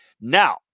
Now